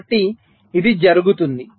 కాబట్టి ఇది జరుగుతుంది